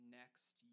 next